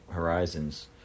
horizons